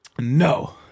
no